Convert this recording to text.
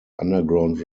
underground